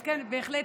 בהחלט,